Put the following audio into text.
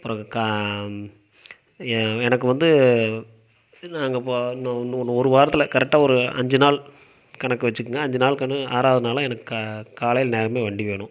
அப்புறம் எனக்கு வந்து நாங்கள் போ இன்னு இன்னும் ஒரு வாரத்தில் கரெக்டாக ஒரு அஞ்சு நாள் கணக்கு வச்சிக்கங்க அஞ்சு நாளுக்குனு ஆறாவது நாளும் எனக்கு கா காலையில் நேரமே வண்டி வேணும்